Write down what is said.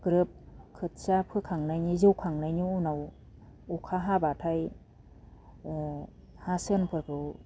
ग्रोब खोथिया फोखांनायनि जौखांनायनि उनाव अखा हाब्लाथाय ओ हासेनफोरखौ